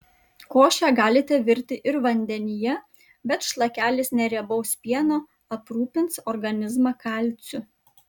košę galite virti ir vandenyje bet šlakelis neriebaus pieno aprūpins organizmą kalciu